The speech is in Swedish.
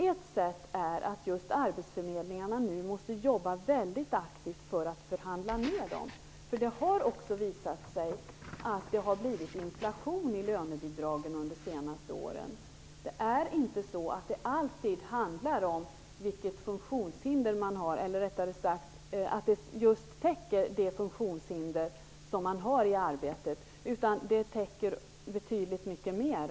Ett sätt är att arbetsförmedlingarna nu måste jobba väldigt aktivt för att förhandla ner bidragen. Det har visat sig att det har blivit inflation i lönebidragen under de senaste åren. Det handlar inte alltid om vilket funktionshinder man har, eller rättare att bidraget täcker det funktionshinder man har i arbetet, utan det täcker betydligt mycket mer.